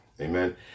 Amen